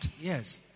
Yes